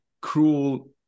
cruel